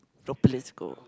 no place go